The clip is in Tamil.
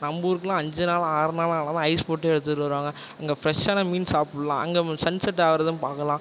நம்ம ஊர்க்குலாம் அஞ்சு நாள் ஆறு நாள் ஆனாலும் ஐஸ் போட்டு எடுத்துகிட்டு வருவாங்க அங்கே ஃப்ரெஷ்ஷான மீன் சாப்பிட்லாம் அங்கே சன்செட் ஆகிறதும் பார்க்கலாம்